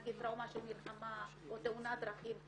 נגיד טראומת מלחמה או תאונת דרכים,